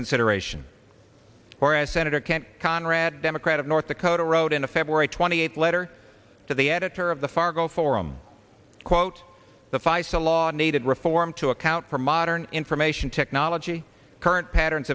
consideration or as senator kent conrad democrat of north dakota wrote in a february twenty eighth letter to the editor of the fargo forum quote the feis a lot needed reform to account for modern information technology current patterns